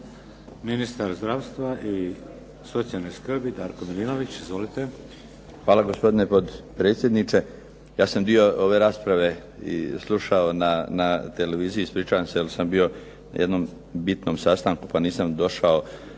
ministar zdravstva i socijalne skrbi Darko Milinović. Izvolite. **Milinović, Darko (HDZ)** Hvala. Gospodine potpredsjedniče. Ja sam dio ove rasprave i slušao na televiziji, ispričavam se jer sam bio na jednom bitnom sastanku pa nisam došao